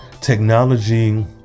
technology